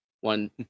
One